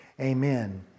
amen